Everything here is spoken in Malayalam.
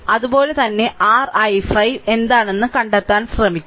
അതുപോലെ തന്നെ r i5 എന്താണെന്ന് കണ്ടെത്താൻ ശ്രമിക്കുക